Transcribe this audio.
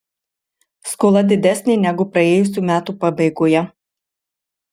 skola didesnė negu praėjusių metų pabaigoje